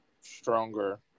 stronger